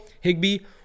Higby